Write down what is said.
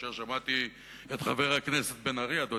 כאשר שמעתי את חבר הכנסת בן-ארי, אדוני,